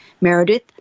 Meredith